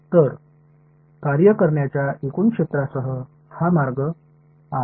तर कार्य करण्याच्या एकूण क्षेत्रासह हाच मार्ग आहे